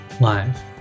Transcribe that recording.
live